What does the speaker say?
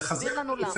תסביר לנו למה.